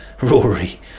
Rory